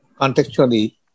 contextually